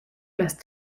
las